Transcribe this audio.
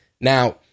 Now